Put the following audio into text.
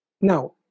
Now